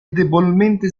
debolmente